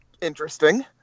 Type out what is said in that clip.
interesting